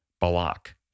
Balak